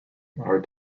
are